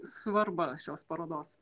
svarbą šios parodos